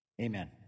amen